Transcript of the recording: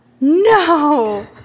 No